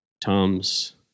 Tom's